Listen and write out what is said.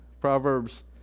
Proverbs